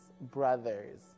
brothers